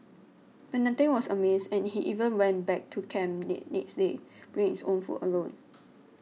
but nothing was amiss and he even went back to camp the next day bringing his own food alone